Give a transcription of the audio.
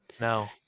No